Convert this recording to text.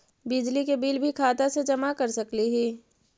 बिजली के बिल भी खाता से जमा कर सकली ही?